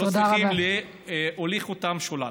לא צריך להוליך אותם שולל.